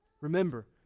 Remember